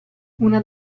una